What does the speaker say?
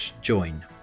join